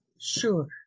Sure